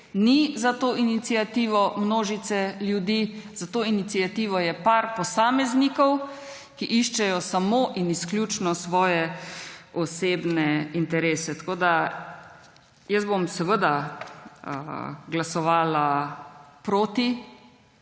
Ni za to iniciativo množice ljudi, za to iniciativo je nekaj posameznikov, ki iščejo samo in izključno svoje osebne interese. Jaz bom seveda glasovala proti